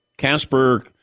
Casper